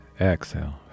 exhale